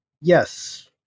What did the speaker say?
Yes